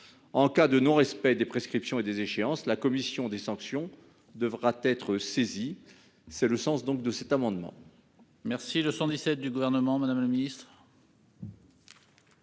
En cas de non-respect des prescriptions et des échéances, la commission des sanctions devra être saisie. L'amendement